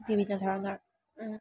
বিভিন্ন ধৰণৰ